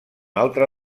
altre